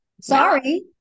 Sorry